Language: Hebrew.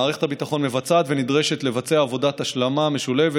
מערכת הביטחון מבצעת ונדרשת לבצע עבודת השלמה משולבת